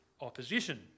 opposition